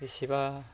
बेसेबा